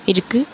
இருக்குது